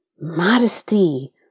modesty